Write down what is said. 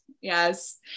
Yes